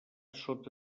sota